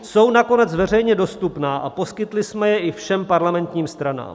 Jsou nakonec veřejně dostupná a poskytli jsme je i všem parlamentním stranám.